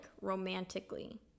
romantically